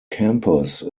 campus